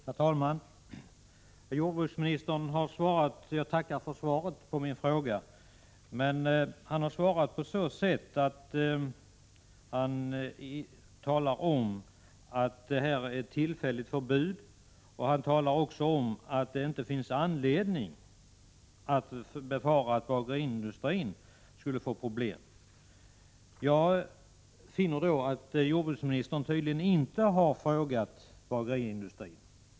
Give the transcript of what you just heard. Herr talman! Jordbruksministern har svarat på min fråga, och jag tackar för svaret. Men han har svarat genom att tala om att det är ett tillfälligt förbud, och han säger också att det inte finns anledning befara att bageriindustrin skulle få problem. Jag finner då att jordbruksministern tydligen inte har hört sig för med bageriindustrin.